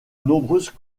nombreuses